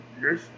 Yes